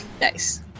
Nice